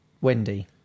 Wendy